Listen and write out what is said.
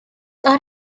are